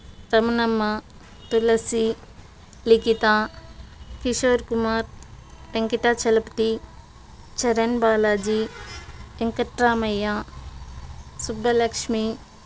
Ramanamma Tulasi Likhita Kishore Kumar Venkatachalapathi Charan Balaji Venkatramayya Subbalakshmi